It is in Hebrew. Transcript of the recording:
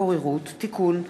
הצעת חוק הבוררות (תיקון,